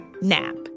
NAP